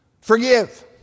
forgive